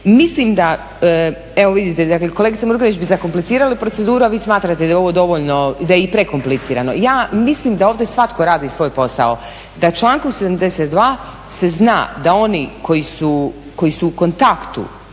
Mislim da, evo vidite dakle kolegice Murganić bi zakomplicirali proceduru, a vi smatrate da je ovo dovoljno, da je i prekomplicirano. Ja mislim da ovdje svatko radi svoj posao, da člankom 72. se zna da oni koji su u kontaktu